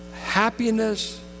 Happiness